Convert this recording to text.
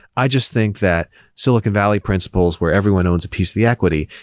i just think that silicon valley principles, where everyone owns a piece the equity,